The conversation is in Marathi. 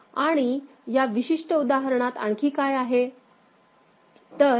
आणि या विशिष्ट उदाहरणात आणखी काय आहे